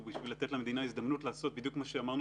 הוא בשביל לתת למדינה הזדמנות לעשות בדיוק מה שאמרנו